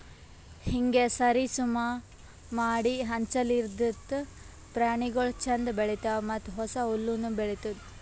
ಹೀಂಗ್ ಸರಿ ಸಮಾ ಮಾಡಿ ಹಂಚದಿರ್ಲಿಂತ್ ಪ್ರಾಣಿಗೊಳ್ ಛಂದ್ ಬೆಳಿತಾವ್ ಮತ್ತ ಹೊಸ ಹುಲ್ಲುನು ಬೆಳಿತ್ತುದ್